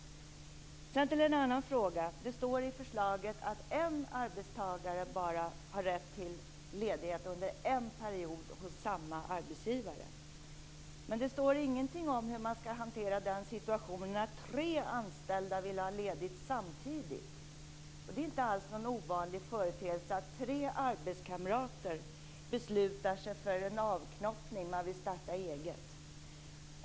Sedan har jag en annan fråga. Det står i förslaget att en arbetstagare har rätt till ledighet bara under en period hos samma arbetsgivare. Men det står ingenting om hur man skall hantera den situationen att tre anställda vill ha ledigt samtidigt. Det är inte alls någon ovanlig företeelse att tre arbetskamrater vill starta eget och beslutar sig för en avknoppning.